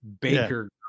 baker